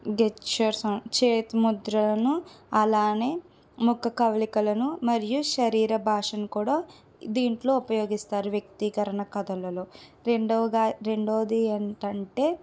చేతి ముద్రలను అలానే ముఖ కవలికలను మరియు శరీర భాషను కూడా దీంట్లో ఉపయోగిస్తారు వ్యక్తీకరణ కథలలో రెండోవగా రెందోవది ఏంటంటే